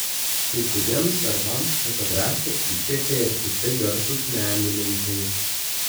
kai kuriems darbams fotografę įkvėpė ir kiti garsūs menininkai